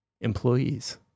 employees